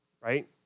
right